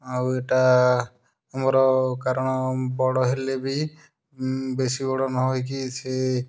ଆଉ ଏଟା ଆମର କାରଣ ବଡ଼ ହେଲେ ବି ବେଶୀ ବଡ଼ ନହେଇକି ସେ